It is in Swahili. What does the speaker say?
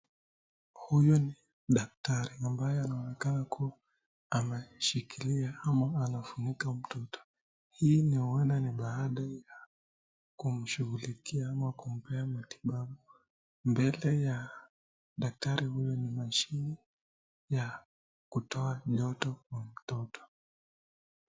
Huyu Ni dakitari ambaye anaonekana kuwa ameshikilia ama anamfunika mtoto hii Ni huenda Ni baada ya kumshughulikia au kumpea matibabu mbele ya daktari huyu ni mashine ya kupea mtoto joto.